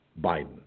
Biden